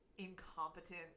incompetent